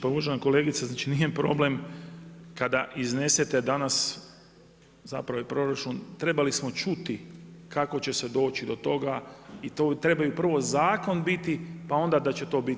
Pa uvažena kolegice znači nije problem kada iznesete danas zapravo je proračun trebali smo čuti kako će se doći do toga i trebaju prvo zakon biti, pa onda da će to biti.